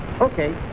Okay